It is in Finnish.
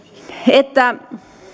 että